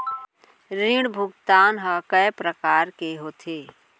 ऋण भुगतान ह कय प्रकार के होथे?